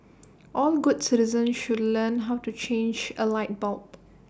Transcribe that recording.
all good citizens should learn how to change A light bulb